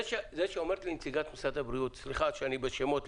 זה שאומרת לי נציגת משרד הבריאות סליחה שאני לא זוכר שמות,